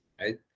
right